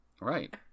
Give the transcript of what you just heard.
right